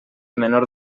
menor